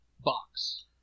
box